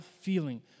feeling